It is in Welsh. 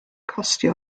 costio